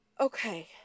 Okay